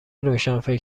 روشنفکر